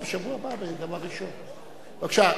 בבקשה.